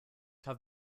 have